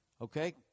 Okay